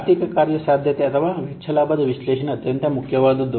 ಆರ್ಥಿಕ ಕಾರ್ಯಸಾಧ್ಯತೆ ಅಥವಾ ವೆಚ್ಚ ಲಾಭದ ವಿಶ್ಲೇಷಣೆ ಅತ್ಯಂತ ಮುಖ್ಯವಾದದ್ದು